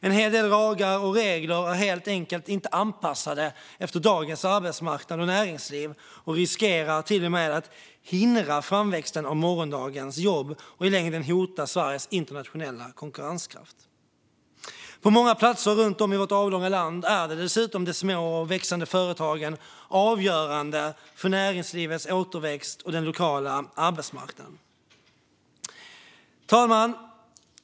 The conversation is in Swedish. En hel del lagar och regler är helt enkelt inte anpassade efter dagens arbetsmarknad och näringsliv och riskerar till och med att hindra framväxten av morgondagens jobb och i längden hota Sveriges internationella konkurrenskraft. På många platser runt om i vårt avlånga land är dessutom de små och växande företagen avgörande för näringslivets återväxt och den lokala arbetsmarknaden. Herr talman!